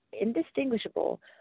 indistinguishable